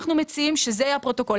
אנחנו מציעים שזה יהיה הפרוטוקול.